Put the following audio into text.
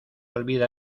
olvida